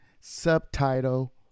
subtitle